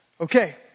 Okay